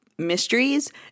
mysteries